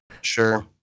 Sure